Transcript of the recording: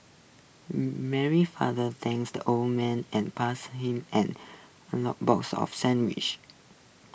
Mary's father thanked the old man and passed him an box of sandwiches